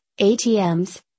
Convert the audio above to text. ATMs